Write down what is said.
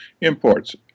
imports